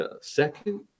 second